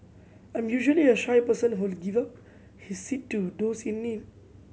I'm usually a shy person who will give up his seat to those in need